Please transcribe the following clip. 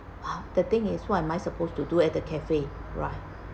!wow! the thing is what am I supposed to do at the cafe right